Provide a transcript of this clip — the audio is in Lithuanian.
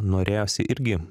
norėjosi irgi